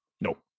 nope